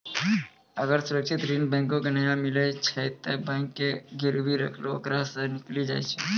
अगर सुरक्षित ऋण बैंको के नाय मिलै छै तै बैंक जे गिरबी रखलो ओकरा सं निकली जाय छै